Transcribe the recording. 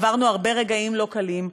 עברנו הרבה רגעים לא קלים.